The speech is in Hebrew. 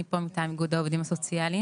אני פה מטעם איגוד העובדים הסוציאליים.